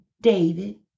David